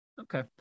Okay